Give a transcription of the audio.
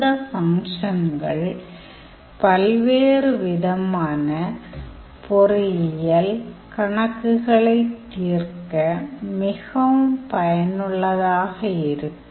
இந்த ஃபங்க்ஷன்கள் பல்வேறு விதமான பொறியியல் கணக்குகளைத் தீர்க்க மிகவும் பயனுள்ளதாக இருக்கும்